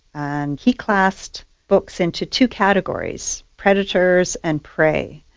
and he classed books into two categories predators and prey.